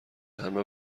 همه